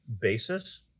basis